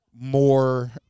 more